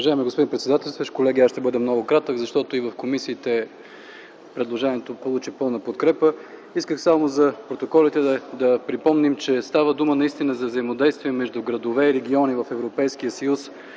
Уважаеми господин председателстващ, колеги! Аз ще бъда много кратък, защото и в комисиите предложението получи пълна подкрепа. Исках само за протокола да припомним, че става дума наистина за взаимодействие между градове и региони в Европейския съюз